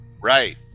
right